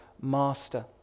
master